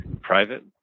private